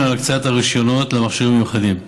על הקצאת הרישיונות למכשירים מיוחדים,